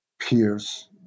Pierce